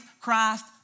Christ